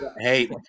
Hey